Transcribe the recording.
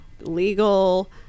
legal